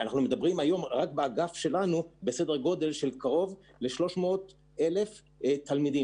אנחנו מדברים היום על סדר גודל של קרוב ל-300,000 תלמידים.